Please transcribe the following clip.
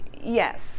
yes